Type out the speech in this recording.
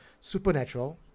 supernatural